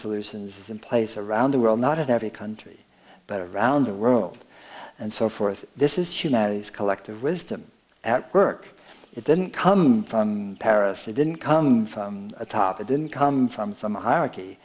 solutions in place around the world not in every country but around the world and so forth this is she now its collective wisdom at work it didn't come from paris it didn't come from a top it didn't come from some hierarchy